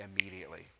immediately